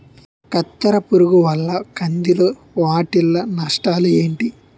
కత్తెర పురుగు వల్ల కంది లో వాటిల్ల నష్టాలు ఏంటి